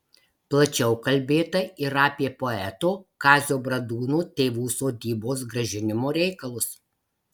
plačiau kalbėta ir apie poeto kazio bradūno tėvų sodybos grąžinimo reikalus